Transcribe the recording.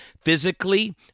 physically